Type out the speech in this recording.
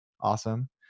awesome